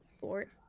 fort